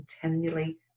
continually